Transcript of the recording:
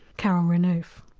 carole renouf.